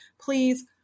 Please